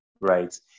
right